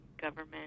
government